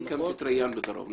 אני הקמתי את ריאן בדרום.